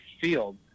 field